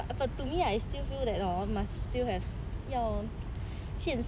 but to me I still feel that hor must still have 要现实